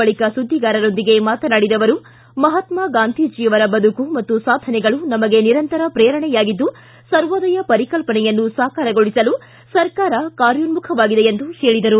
ಬಳಿಕ ಸುದ್ದಿಗಾರರೊಂದಿಗೆ ಮಾತನಾಡಿದ ಅವರು ಮಹಾತ್ಮಾ ಗಾಂಧೀಜಿ ಅವರ ಬದುಕು ಮತ್ತು ಸಾಧನೆಗಳು ನಮಗೆ ನಿರಂತರ ಪ್ರೇರಣೆಯಾಗಿದ್ದು ಸರ್ವೋದಯ ಪರಿಕಲ್ಪನೆಯನ್ನು ಸಾಕಾರಗೊಳಿಸಲು ಸರ್ಕಾರ ಕಾರ್ಯೋನ್ನುಖವಾಗಿದೆ ಎಂದು ಹೇಳಿದರು